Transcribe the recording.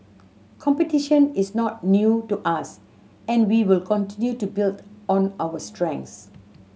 competition is not new to us and we will continue to build on our strength